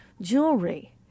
jewelry